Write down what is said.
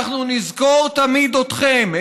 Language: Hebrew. אנחנו נזכור תמיד אתכם,